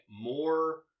More